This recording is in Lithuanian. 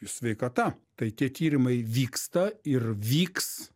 sveikata tai tie tyrimai vyksta ir vyks